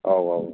औ औ